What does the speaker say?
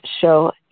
show